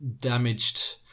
damaged